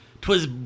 Twas